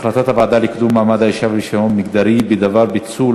החלטת הוועדה לקידום מעמד האישה ולשוויון מגדרי בדבר פיצול